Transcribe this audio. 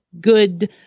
good